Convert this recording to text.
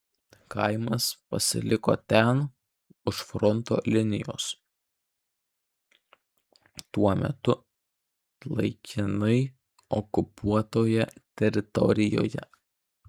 kaimas pasiliko ten už fronto linijos tuo metu laikinai okupuotoje teritorijoje